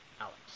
Alex